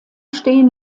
stehen